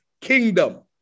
kingdom